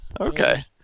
Okay